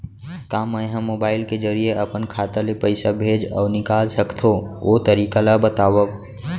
का मै ह मोबाइल के जरिए अपन खाता ले पइसा भेज अऊ निकाल सकथों, ओ तरीका ला बतावव?